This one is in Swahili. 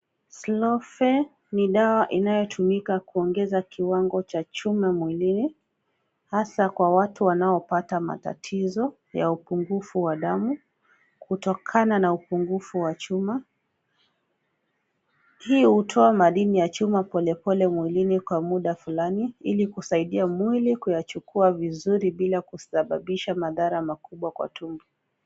Slow Fe ni dawa inayotumika kuongeza kiwango cha chuma mwilini, hasa kwa watu wanaopata matatizo ya upungufu wa damu kutokana na upungufu wa chuma, hii hutoa madini ya chuma polepole mwilini kwa muda fulani ili kusaidia mwili kuyachukua vizuri bila kusababisha madhara makubwa kwa tumbo.